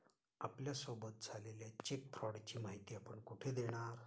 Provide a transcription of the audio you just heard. आपल्यासोबत झालेल्या चेक फ्रॉडची माहिती आपण कुठे देणार?